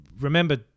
remember